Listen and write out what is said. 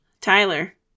Tyler